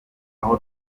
aho